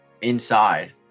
inside